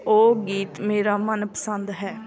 ਉਹ ਗੀਤ ਮੇਰਾ ਮਨਪਸੰਦ ਹੈ